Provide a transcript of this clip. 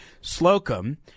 Slocum